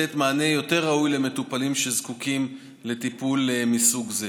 ולתת מענה ראוי יותר למטופלים שזקוקים לטיפול מסוג זה.